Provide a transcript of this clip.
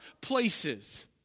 places